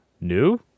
New